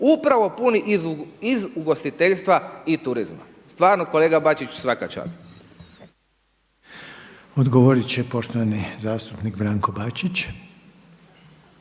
upravo puni iz ugostiteljstva i turizma. Stvarno kolega Bačić, svaka čast. **Reiner, Željko (HDZ)** Odgovorit će poštovani zastupnik Branko Bačić.